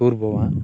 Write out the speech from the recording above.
tour போவேன்